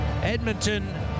Edmonton